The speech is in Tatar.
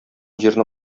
җирне